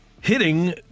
hitting